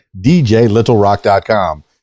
DJLittleRock.com